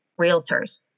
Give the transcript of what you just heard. realtors